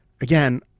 again